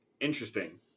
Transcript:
interesting